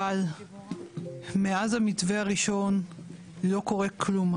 אבל מאז המתווה הראשון לא קורה כלום,